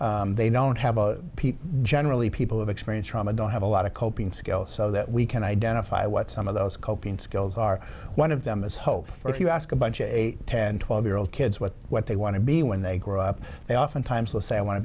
they don't have people generally people who've experienced trauma don't have a lot of coping skills so that we can identify what some of those coping skills are one of them is hope for if you ask a bunch of ten twelve year old kids what what they want to be when they grow up they oftentimes will say i want to